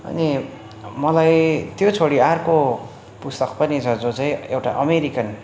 अनि मलाई त्यो छोडी आर्को पुस्तक पनि छ जो चाहिँ एउटा अमेरिकन